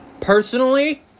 Personally